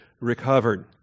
recovered